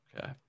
Okay